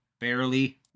barely